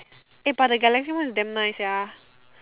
eh but the Galaxy one is damn nice sia